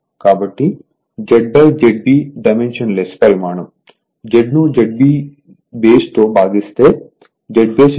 కాబట్టి Z ZB dimensionless పరిమాణంZ ను ZB బేస్ తో భాగిస్తే Z బేస్ ½ వస్తుంది